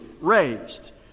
raised